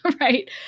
right